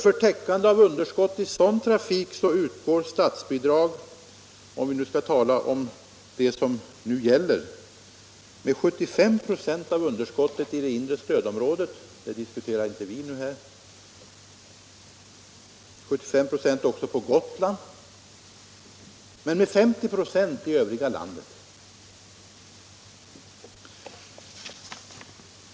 För täckande av underskott i sådan trafik utgår statsbidrag —- om vi skall tala om det som nu gäller — med 75 96 av underskottet i det inre stödområdet och på Gotland samt med 50 96 i det övriga landet.